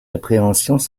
appréhensions